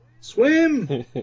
Swim